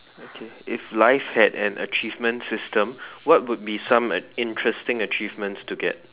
okay if life had an achievement system what would be some interesting achievements to get